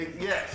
Yes